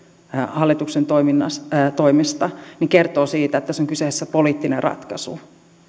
hallituksen toimesta kertoo siitä että tässä on kyseessä poliittinen ratkaisu